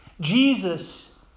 Jesus